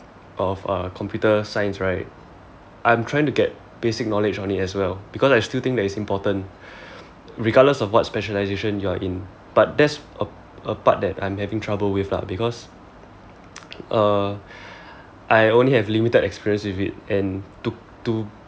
of uh computer science right I'm trying to get basic knowledge on it as well because I still think that it's important regardless of what specialisation you are in but that's a a part that I'm having trouble with lah because uh I only have limited experience with it and to to